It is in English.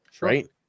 Right